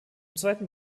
zweiten